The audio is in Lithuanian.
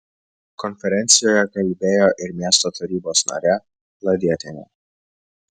konferencijoje kalbėjo ir miesto tarybos narė ladietienė